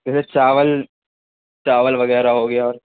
جیسے چاول چاول وغیرہ ہو گیا اور